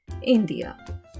India